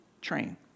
train